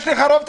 יש לך רוב?